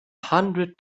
hundred